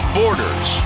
borders